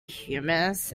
hummus